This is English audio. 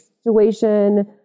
situation